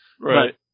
Right